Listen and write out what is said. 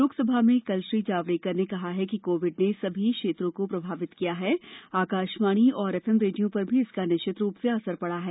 लोकसभा में कल श्री जावड़ेकर ने कहा कि कोविड ने समी क्षेत्रों को प्रभावित किया है आकाशवाणी और एफएम रेडियो पर भी इसका निश्चित रूप से असर पड़ा है